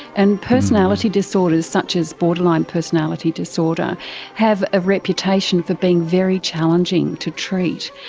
and personality disorders such as borderline personality disorder have a reputation for being very challenging to treat.